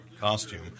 costume